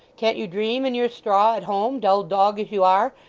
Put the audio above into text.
can't you dream in your straw at home, dull dog as you are,